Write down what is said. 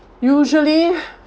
usually